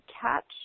catch